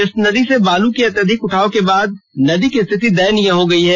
इस नदी से बालू के अत्यधिक उठाव के बाद नदी की स्थिति दयनीय हो गई है